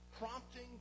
prompting